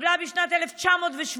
שהתקבלה בשנת 1917,